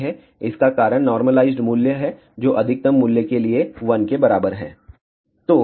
इसका कारण नार्मलाइज्ड मूल्य है जो अधिकतम मूल्य के लिए 1 के बराबर है